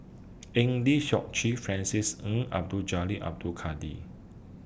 Eng Lee Seok Chee Francis Ng Abdul Jalil Abdul Kadir